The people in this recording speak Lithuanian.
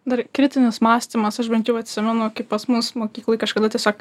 dar kritinis mąstymas aš bent jau atsimenu kaip pas mus mokykloj kažkada tiesiog